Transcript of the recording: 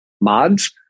mods